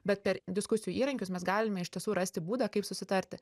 bet per diskusijų įrankius mes galime iš tiesų rasti būdą kaip susitarti